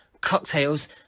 cocktails